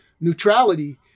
neutrality